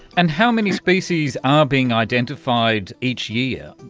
and how many species are being identified each year,